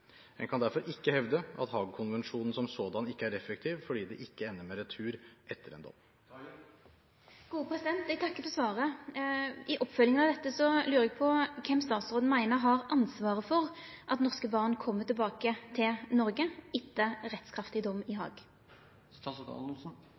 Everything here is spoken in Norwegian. En kan derfor ikke hevde at Haag-konvensjonen som sådan ikke er effektiv fordi det ikke ender med retur etter en dom. Eg takkar for svaret. I oppfølginga av dette lurar eg på kven statsråden meiner har ansvaret for at norske barn kjem tilbake til Noreg etter rettskraftig dom i